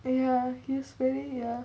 ya he's very ya